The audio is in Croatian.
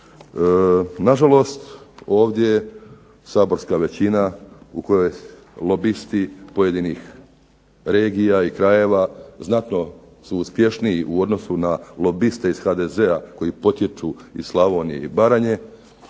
Nažalost, ovdje saborska većina u kojoj lobisti pojedinih regija i krajeva su znatno uspješniji u odnosu na lobiste iz HDZ-a koji potječu iz Slavonije i Baranje